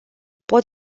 pot